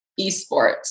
eSports